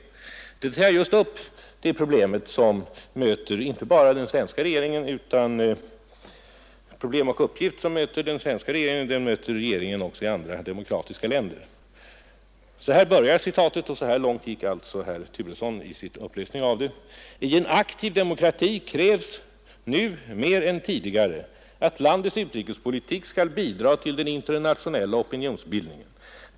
Där tog jag just upp de problem och de uppgifter som möter inte bara den svenska regeringen utan också regeringarna i andra demokratiska länder. Citatet lyder: ”I en aktiv demokrati krävs nu mer än tidigare att landets utrikespolitik skall bidra till den internationella opinionsbildningen.